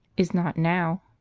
is not now,